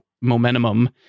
momentum